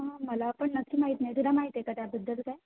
हां मला पण नक्की माहीत नाही तुला माहिती आहे का त्याबद्दल काय